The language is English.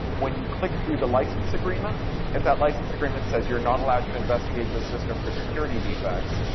when you click through the license agreement if that license agreement says you're not allowed to investigate this system for security defects,